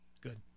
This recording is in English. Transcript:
good